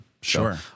Sure